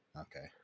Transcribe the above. Okay